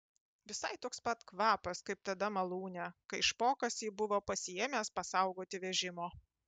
visai toks pat kvapas kaip tada malūne kai špokas jį buvo pasiėmęs pasaugoti vežimo